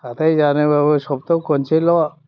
हाथाय जानोबाबो सबथाह खनसेल'